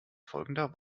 folgender